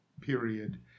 period